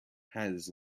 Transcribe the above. has